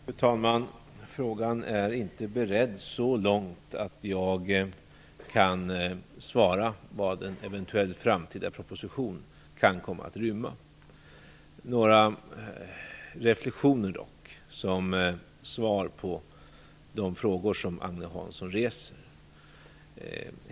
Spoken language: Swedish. Fru talman! Frågan är inte beredd så långt att jag kan svara på vad en eventuell framtida proposition kan komma att rymma. Några reflexioner dock som svar på de frågor som Agne Hansson reser.